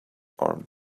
armed